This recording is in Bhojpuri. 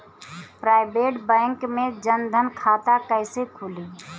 प्राइवेट बैंक मे जन धन खाता कैसे खुली?